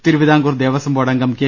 Thiruvithamkoor Devaswom board അംഗം K